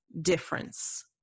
difference